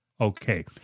Okay